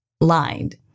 lined